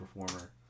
performer